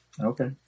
okay